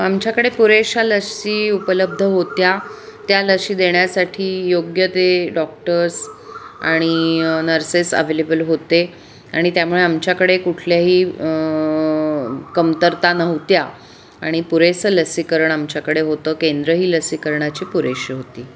आमच्याकडे पुरेशा लसी उपलब्ध होत्या त्या लसी देण्यासाठी योग्य ते डॉक्टर्स आणि नर्सेस अव्हेलेबल होते आणि त्यामुळे आमच्याकडे कुठल्याही कमतरता नव्हत्या आणि पुरेसं लसीकरण आमच्याकडे होतं केंद्रही लसीकरणाची पुरेशी होती